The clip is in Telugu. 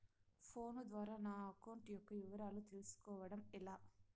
ఫోను ద్వారా నా అకౌంట్ యొక్క వివరాలు తెలుస్కోవడం ఎలా?